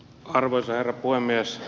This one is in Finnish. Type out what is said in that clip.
arvoisa herra puhemies